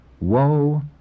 Woe